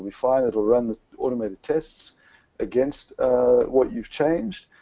be fine. it'll run the automated tests against what you've changed.